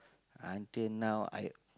until now I